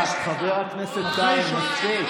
חברת הכנסת ברק, חבר הכנסת קרעי.